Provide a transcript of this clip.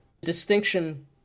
distinction